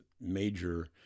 major